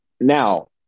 Now